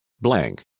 blank